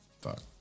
Fuck